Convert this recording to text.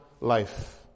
life